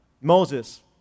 Moses